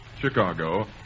Chicago